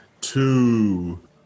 two